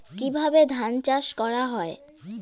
কিভাবে ধান চাষ করা হয়?